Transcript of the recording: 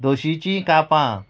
दोशीचीं कापां